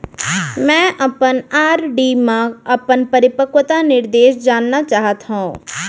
मै अपन आर.डी मा अपन परिपक्वता निर्देश जानना चाहात हव